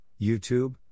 YouTube